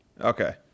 okay